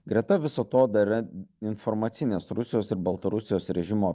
greta viso to dar yra informacinės rusijos ir baltarusijos režimo